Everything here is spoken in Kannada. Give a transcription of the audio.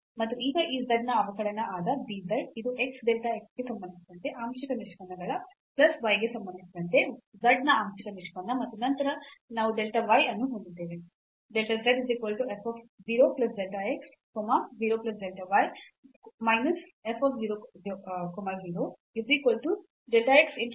ಮತ್ತು ಈಗ ಈ z ನ ಅವಕಲನ ಆದ dz ಇದು x delta x ಗೆ ಸಂಬಂಧಿಸಿದಂತೆ ಆಂಶಿಕ ನಿಷ್ಪನ್ನ ಪ್ಲಸ್ y ಗೆ ಸಂಬಂಧಿಸಿದಂತೆ z ನ ಆಂಶಿಕ ನಿಷ್ಪನ್ನ ಮತ್ತು ನಂತರ ನಾವು delta y ಅನ್ನು ಹೊಂದಿದ್ದೇವೆ